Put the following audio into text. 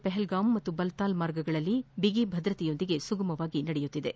ಪಪಲ್ಗಂ ಮತ್ತು ಬಲ್ತಾಲ್ ಮಾರ್ಗಗಳಲ್ಲಿ ಬಿಗಿ ಭದ್ರತೆಯೊಂದಿಗೆ ಸುಗಮವಾಗಿ ನಡೆಯುತ್ತಿದೆ